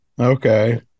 Okay